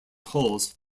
halls